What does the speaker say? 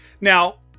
Now